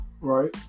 Right